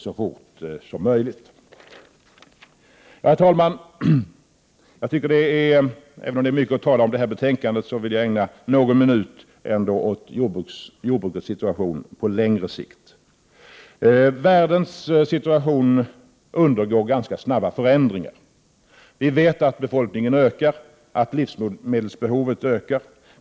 Herr talman! Även om det finns mycket att tala om när det gäller detta betänkande, vill jag ägna någon minut åt jordbrukets situation på längre sikt. Världens situation undergår ganska snabba förändringar. Vi vet att befolkningen ökar och att livsmedelsbehovet ökar.